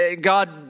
God